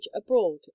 abroad